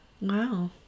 Wow